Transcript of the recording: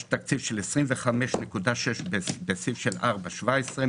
יש תקציב של 25.6 בסעיף 4.17,